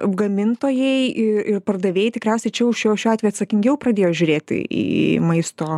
gamintojai ir pardavėjai tikriausiai čia jau šiuo šiuo atveju atsakingiau pradėjo žiūrėti į į maisto